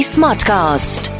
Smartcast